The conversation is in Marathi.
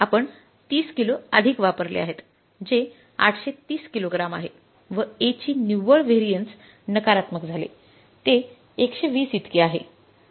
आपण 30 किलो अधिक वापरले आहेत जे 830 किलोग्राम आहे व A ची निव्वळ व्हॅरियन्स नकारात्मक झाले ते १२० इतके आहे